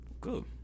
Good